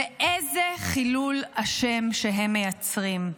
ואיזה חילול השם שהם מייצרים.